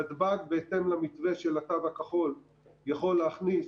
נתב"ג, בהתאם למתווה של התו הכחול יכול להכניס